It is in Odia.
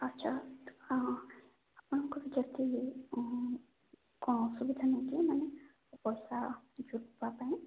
ଆଚ୍ଛା ଆପଣଙ୍କର ଯଦି କ'ଣ ଅସୁବିଧା ନାହିଁ କି ମାନେ ପଇସା ଦେବା ପାଇଁ